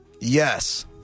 Yes